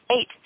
Eight